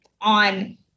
on